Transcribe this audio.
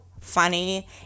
funny